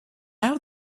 have